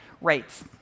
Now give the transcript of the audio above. rates